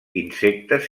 insectes